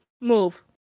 Move